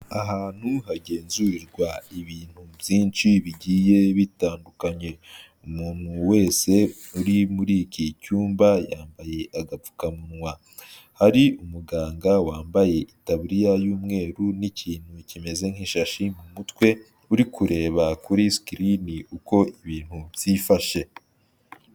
Ahantu hagenzurirwa ibintu byinshi bigiye bitandukanye, umuntu wese uri muri iki cyumba yambaye agapfukamunwa, hari umuganga wambaye itaburiya y'umweru n'ikintu kimeze nk'ishashi ku mutwe, uri kureba kuri sikilini uko ibintu byifashe.